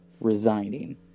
resigning